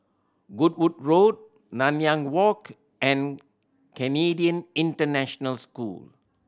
Goodwood Road Nanyang Walk and Canadian International School